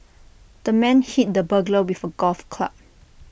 the man hit the burglar with A golf club